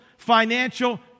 financial